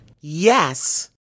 Yes